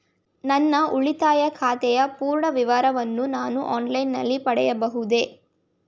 ನನ್ನ ಉಳಿತಾಯ ಖಾತೆಯ ಪೂರ್ಣ ವಿವರಗಳನ್ನು ನಾನು ಆನ್ಲೈನ್ ನಲ್ಲಿ ಪಡೆಯಬಹುದೇ?